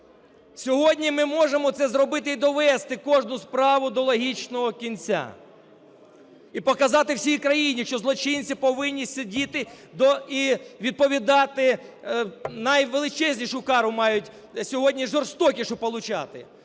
Сьогодні ми можемо це зробити і довести кожну справу до логічного кінця, і показати всій країні, що злочинці повинні сидіти і відповідати, найвеличезнішу кару мають сьогодні, жорстокішу получати.